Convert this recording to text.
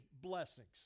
blessings